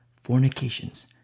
fornications